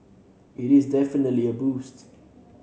it is definitely a boost